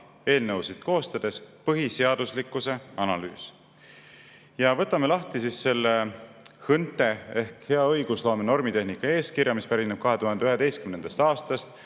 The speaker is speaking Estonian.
eelnõusid koostades põhiseaduslikkuse analüüs. Ja võtame lahti HÕNTE ehk hea õigusloome normitehnika eeskirja, mis pärineb 2011. aastast.